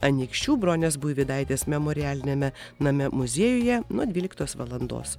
anykščių bronės buivydaitės memorialiniame name muziejuje nuo dvyliktos valandos